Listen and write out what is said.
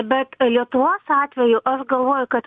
bet lietuvos atveju aš galvoju kad